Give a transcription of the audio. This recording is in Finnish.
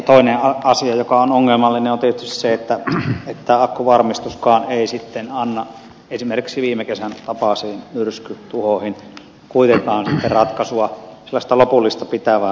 toinen asia joka on ongelmallinen on tietysti se että akkuvarmistuskaan ei sitten anna esimerkiksi viime kesän tapaisiin myrskytuhoihin kuitenkaan sitten ratkaisua sellaista lopullista pitävää ratkaisua